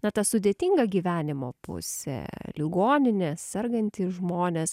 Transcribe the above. na ta sudėtinga gyvenimo pusė ligoninė sergantys žmonės